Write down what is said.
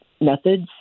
methods